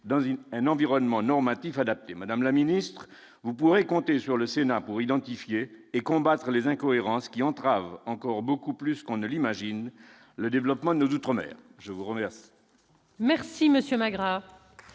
une un environnement normatif adapté, Madame la Ministre, vous pourrez compter sur le Sénat pour identifier et combattre les incohérences qui entravent encore beaucoup plus qu'on ne l'imagine, le développement de nos outre-mer je vous remercie. Merci monsieur Magra